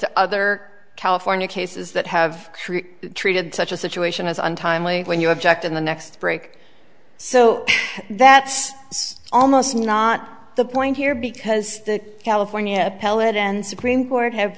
to other california cases that have treated such a situation as untimely when you object in the next break so that's almost not the point here because california appellate and supreme court ha